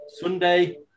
Sunday